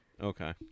okay